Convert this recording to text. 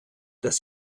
dass